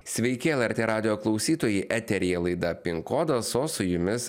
sveiki lrt radijo klausytojai eteryje laida pin kodas o su jumis